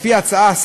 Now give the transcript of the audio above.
לפי ההצעה,